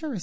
to